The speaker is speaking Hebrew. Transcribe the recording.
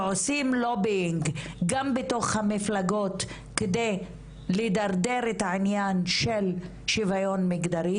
ועושים LOBING גם בתוך המפלגות כדי לדרדר את העניין של שוויון מגדרי.